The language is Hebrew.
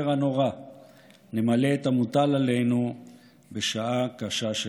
הנורא נמלא את המוטל עלינו בשעה קשה שכזו,